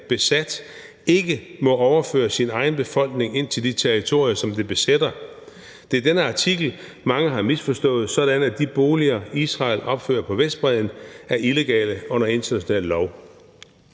besat, ikke må overføre sin egen befolkning ind til de territorier, som det besætter. Det er den artikel, mange har misforstået sådan, at de boliger, Israel opfører på Vestbredden, er illegale under international lov.